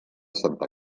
santa